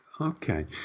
Okay